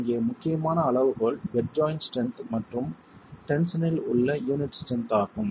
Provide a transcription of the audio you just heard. இங்கே முக்கியமான அளவுகோல் பெட் ஜாய்ண்ட் ஸ்ட்ரென்த் மற்றும் டென்ஷனில் உள்ள யூனிட் ஸ்ட்ரென்த் ஆகும்